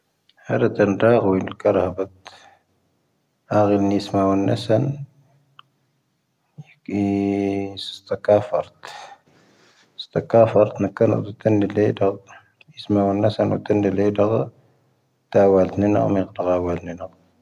ʰⴰⵔⴰⵜⴰ ʰⴰⵏ ʰⴰⵡⵉⵍ ⴽⴰⵔⴻⵀⴰpⴰⵜ ʰⴰ ʰⵉⵍ ⵏʰⵉⵙⵎⴰ ⵡⴰ ⵏⵏⴻⵙⴰⵏ ⵢⵊ ⴽʰⵉ ʰⵉ ʰⵉⵙⵜⴰ ⴽⴰ ⴼⴰⵔⴷ. ʰⵉⵙⵜⴰ ⴽⴰ ⴼⴰⵔⴷ ⵏⴰⴽʰⴰⵍⴰⴷ ʰⵉⵜⴰⵏⴷⵉⵍ ⴻⴷⴰⵍ. ʰⵉⵙⵎⴰ ⵡⴰ ⵏⵏⴻⵙⴰⵏ ʰⵉⵜⴰⵏⴷⵉⵍ ⴻⴷⴰⵍⴰ. ʰⴰⵡⴰⵍ ⵏⵉⵏⴰ ⵡⴰ ʰⴰⵏ ʰⵉⴽⵔā ⵡⴰ ʰⴰⵏ ⵏⵉⵏⴰ.